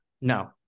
No